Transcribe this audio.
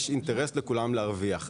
יש אינטרס לכולם להרוויח.